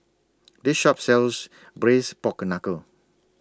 This Shop sells Braised Pork Knuckle